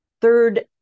third